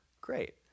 Great